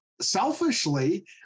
selfishly